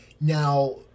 Now